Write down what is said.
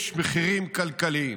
יש מחירים כלכליים.